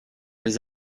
les